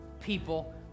People